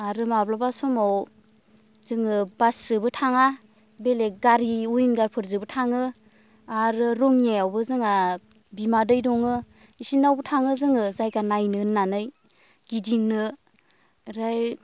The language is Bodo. आरो माब्लाबा समाव जोङो बासजोंबो थाङा बेलेग गारि विंगारफोरजोंबो थाङो आरो रङियाआवबो जोंहा बिमादै दङ बिसोरनावबो थाङो जोङो जायगा नायनो होननानै गिदिंनो ओमफ्राय